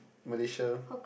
Malaysia